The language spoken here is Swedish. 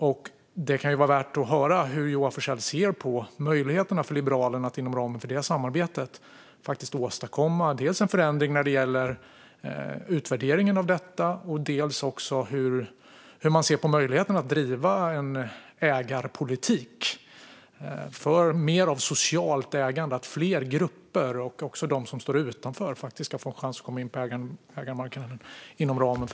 Det kan därför vara värt att höra hur Joar Forssell ser på möjligheten för Liberalerna att inom ramen för det samarbetet faktiskt dels åstadkomma en förändring när det gäller utvärderingen av detta, dels driva en ägarpolitik för mer av socialt ägande så att fler grupper och också de som står utanför faktiskt ska få en chans att komma in på ägarmarknaden.